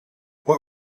what